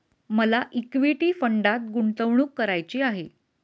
मला इक्विटी फंडात गुंतवणूक करायची आहे